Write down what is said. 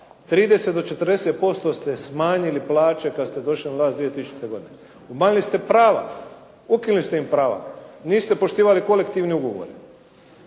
30-40% ste smanjili plaće kad ste došli na vlast 2000. godine. Umanjili ste prava, ukinuli ste im prava, niste poštivali kolektivne ugovore.